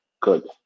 Good